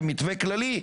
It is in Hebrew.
כמתווה כללי,